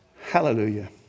Hallelujah